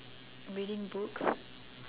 reading books